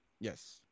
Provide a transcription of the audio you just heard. Yes